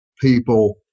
people